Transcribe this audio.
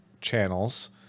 channels